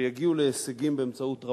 שיגיעו להישגים באמצעות רמאות.